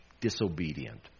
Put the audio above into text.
disobedient